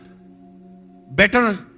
better